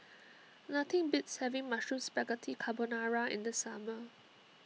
nothing beats having Mushroom Spaghetti Carbonara in the summer